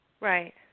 Right